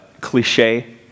cliche